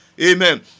Amen